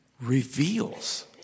reveals